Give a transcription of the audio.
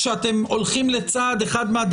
כאשר אתם הולכים לצעד שהוא אחד מהצעדים